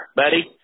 buddy